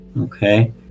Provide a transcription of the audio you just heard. Okay